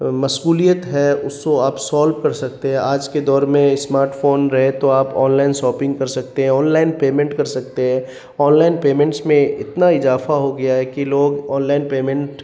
مشغولیت ہے اس سو آپ سولو کر سکتے ہیں آج کے دور میں اسمارٹ فون رہے تو آپ آن لائن شاپنگ کر سکتے ہیں آن لائن پیمنٹ کر سکتے ہیں آن لائن پیمنٹس میں اتنا اضافہ ہو گیا ہے کہ لوگ آن لائن پیمنٹ